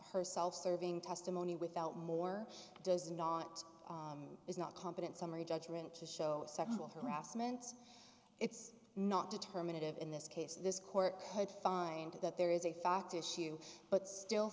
her self serving testimony without more does not is not competent summary judgment to show sexual harassment is not determinative in this case this court might find that there is a fact issue but still